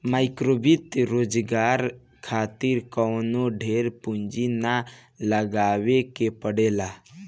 माइक्रोवित्त रोजगार खातिर कवनो ढेर पूंजी ना लगावे के पड़ेला